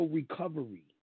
Recovery